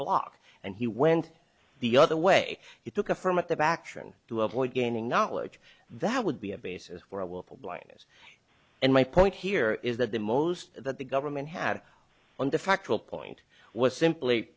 block and he went the other way he took affirmative action to avoid gaining knowledge that would be a basis for a willful blindness and my point here is that the most that the government had on the factual point was simply